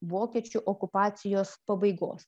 vokiečių okupacijos pabaigos